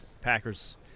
Packers